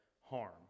harm